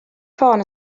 ffôn